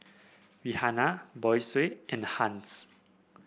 Rihanna Boysie and Hans